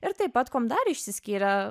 ir taip pat kuom dar išsiskyrė